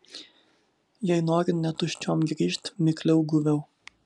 jei nori ne tuščiom grįžt mikliau guviau